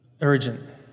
urgent